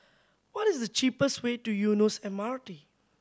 what is the cheapest way to Eunos M R T